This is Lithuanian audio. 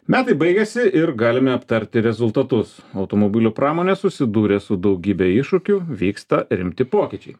metai baigėsi ir galime aptarti rezultatus automobilių pramonė susidūrė su daugybe iššūkių vyksta rimti pokyčiai